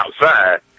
outside